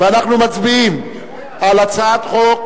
אנחנו מצביעים על הצעת חוק